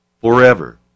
forever